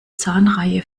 zahnreihe